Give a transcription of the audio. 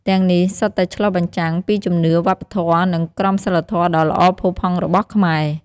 ទាំងនេះសុទ្ធតែឆ្លុះបញ្ចាំងពីជំនឿ វប្បធម៌ និងក្រមសីលធម៌ដ៏ល្អផូរផង់របស់ខ្មែរ។